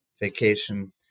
vacation